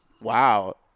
Wow